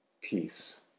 peace